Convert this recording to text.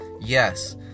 yes